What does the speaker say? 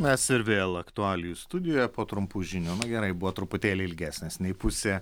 mes ir vėl aktualijų studijoje po trumpų žinių nu gerai buvo truputėlį ilgesnės nei pusė